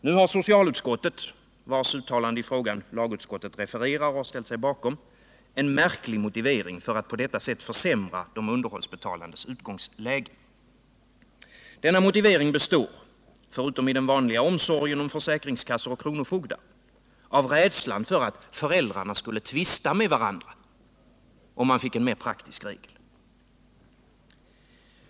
Nu har socialutskottet — vars uttalande i frågan lagutskottet refererar och ställer sig bakom — en märklig motivering för att på detta sätt försämra de underhållsbetalandes utgångsläge. Motiveringen består — förutom av den vanliga omsorgen om försäkringskassor och kronofogdar — av rädsla för att föräldrarna skulle tvista med varandra, om man fick en mer praktisk regel.